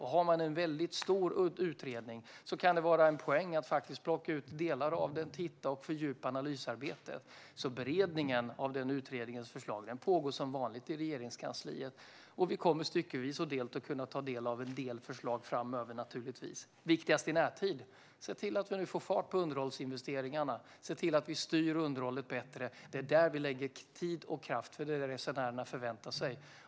Har man en väldigt stor utredning kan det vara en poäng att plocka ut delar av den, titta på dem och fördjupa analysarbetet. Beredningen av utredningens förslag pågår som vanligt i Regeringskansliet. Vi kommer styckevis och delt att kunna ta del av en del förslag framöver. Viktigast i närtid är att se till att vi nu får fart på underhållsinvesteringarna och styr underhållet bättre. Det är där vi lägger tid och kraft. Det är vad resenärerna förväntar sig.